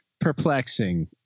perplexing